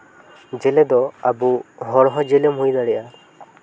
ᱡᱮᱞᱮ ᱫᱚ ᱟᱵᱚ ᱦᱚᱲ ᱦᱚᱸ ᱡᱮᱞᱮᱢ ᱦᱩᱭ ᱫᱟᱲᱮᱭᱟᱜᱼᱟ